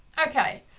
okay,